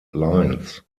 lines